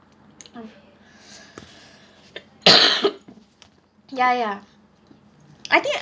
ya ya I think I